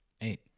Eight